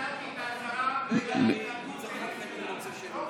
ביטלתי את ההצבעה, לא מסירים.